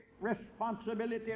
responsibility